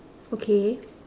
okay